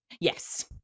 Yes